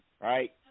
right